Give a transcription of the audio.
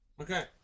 Okay